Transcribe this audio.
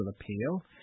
appeal